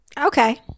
Okay